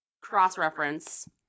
cross-reference